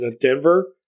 Denver